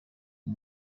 uwo